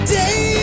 day